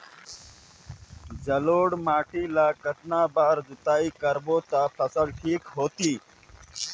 जलोढ़ माटी ला कतना बार जुताई करबो ता फसल ठीक होती?